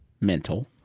mental